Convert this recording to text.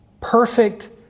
perfect